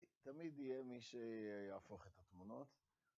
תמיד יהיה מי שיהפוך את התמונות